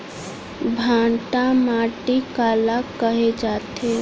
भांटा माटी काला कहे जाथे?